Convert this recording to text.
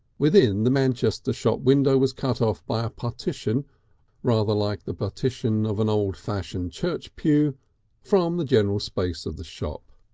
within, the manchester shop window was cut off by a partition rather like the partition of an old-fashioned church pew from the general space of the shop.